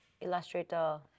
Illustrator